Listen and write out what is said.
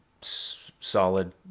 solid